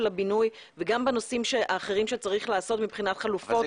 הבינוי וגם בנושאים האחרים שצריך לעסוק מבחינת חלופות.